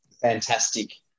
fantastic